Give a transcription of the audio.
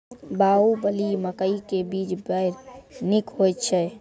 बाहुबली मकई के बीज बैर निक होई छै